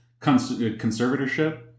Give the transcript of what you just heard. conservatorship